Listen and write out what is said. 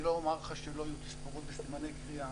אני לא אומר לך שלא יהיו "תספורות" בסימני קריאה.